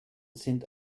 sind